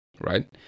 right